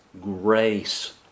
grace